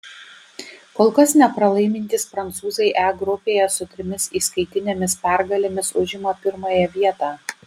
kol kas nepralaimintys prancūzai e grupėje su trimis įskaitinėmis pergalėmis užima pirmąją vietą